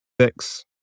Six